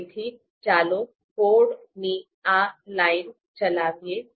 તેથી ચાલો કોડની આ લાઇન ચલાવીએ